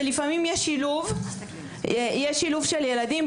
ולפעמים יש שילוב של ילדים,